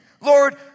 Lord